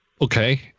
okay